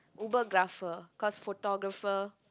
Ubergrapher cause photographer